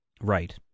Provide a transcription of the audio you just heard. right